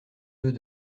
deux